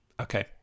okay